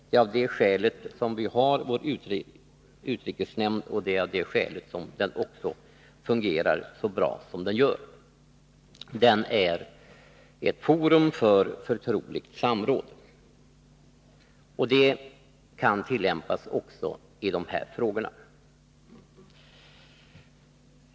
Det är av det skälet som vi har vår utrikesnämnd, och det är av det skälet som denna fungerar så bra som den gör. Den är ett forum för förtroligt samråd. Detta kan tillämpas också i dessa frågor.